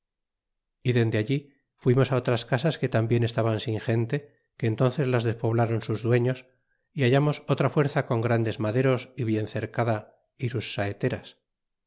y dende allí fuimos otras casas que tambien estaban sin gente que en onces las despoblron sus dueños y hallamos otra fuerza con grandes maderos y bien cercada y sus